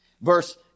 Verse